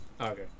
Okay